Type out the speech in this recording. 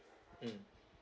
mm